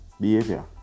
behavior